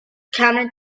counter